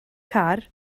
car